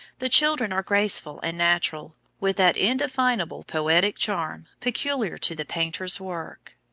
the children are graceful and natural, with that indefinable poetic charm peculiar to the painter's work.